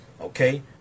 Okay